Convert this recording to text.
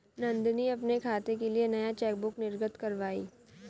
नंदनी अपने खाते के लिए नया चेकबुक निर्गत कारवाई